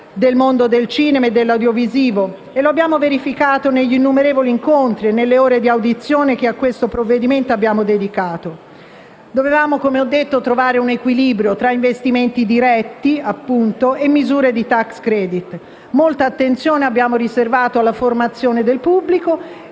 del mondo del cinema e dell'audiovisivo. Lo abbiamo verificato negli innumerevoli incontri e nelle ore di audizione che a questo provvedimento abbiamo dedicato. Dovevamo trovare un equilibrio tra investimenti diretti e misure di *tax credit*. Molta attenzione abbiamo riservato alla formazione del pubblico